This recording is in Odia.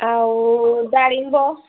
ଆଉ ଡାଳିମ୍ବ